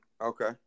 Okay